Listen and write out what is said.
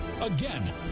Again